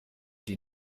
die